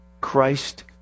Christ